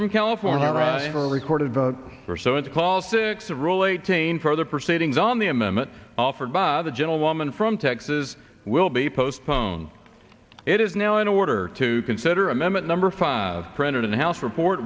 from california a recorded vote or so it's called six of rule eighteen further proceedings on the amendment offered by the gentlewoman from texas will be postponed it is now in order to consider amendment number five printed in the house report